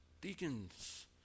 deacons